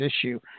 issue